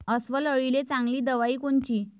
अस्वल अळीले चांगली दवाई कोनची?